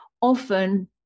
often